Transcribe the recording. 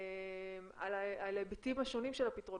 על ההיבטים השונים של הפתרונות,